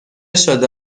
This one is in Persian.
شده